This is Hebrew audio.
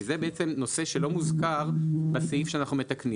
כי זה נושא שלא מוזכר בסעיף שאנחנו מתקנים.